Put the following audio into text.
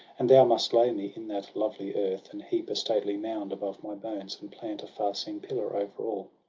and thou must lay me in that lovely earth, and heap a stately mound above my bones, and plant a far-seen pillar over all.